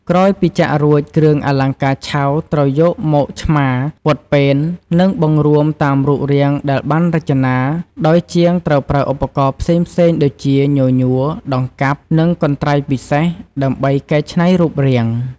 ក្រោយពីចាក់រួច គ្រឿងអលង្ការឆៅត្រូវយកមកឆ្មារ ពត់ពែន និងបង្រួមតាមរូបរាងដែលបានរចនា ដោយជាងត្រូវប្រើឧបករណ៍ផ្សេងៗដូចជា ញញួរ ដង្កាប់ និងកន្ត្រៃពិសេស ដើម្បីកែច្នៃរូបរាង។